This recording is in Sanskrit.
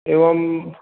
एवम्